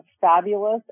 fabulous